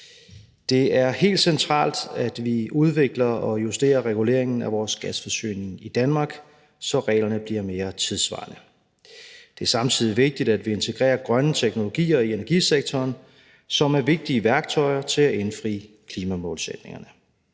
Det er helt centralt, at vi udvikler og justerer reguleringen af vores gasforsyning i Danmark, så reglerne bliver mere tidssvarende. Det er samtidig vigtigt, at vi integrerer grønne teknologier i energisektoren, som er vigtige værktøjer til at indfri klimamålsætningerne.